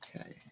Okay